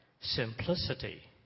Simplicity